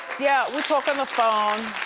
yeah, we talk on the phone.